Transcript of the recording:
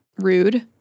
rude